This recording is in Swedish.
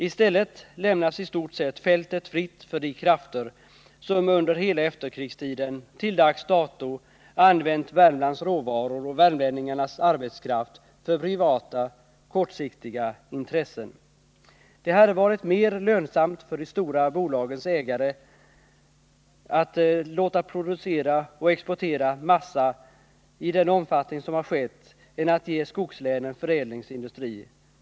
I stället lämnas fältet i stort sett fritt för de krafter som under hela efterkrigstiden till dags dato använt Värmlands råvaror och värmlänningarnas arbetskraft för privata, kortsiktiga intressen. Det har i ett kortsiktigt perspektiv varit mer lönsamt för de stora bolagens ägare att låta producera och exportera massa i den omfattning som skett än att ge skogslänen förädlingsindustri.